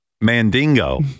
mandingo